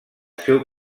seu